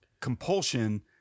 compulsion